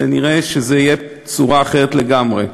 ונראה שזו תהיה צורה אחרת לגמרי.